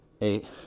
eight